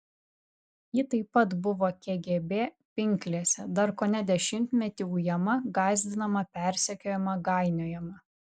ji taip pat buvo kgb pinklėse dar kone dešimtmetį ujama gąsdinama persekiojama gainiojama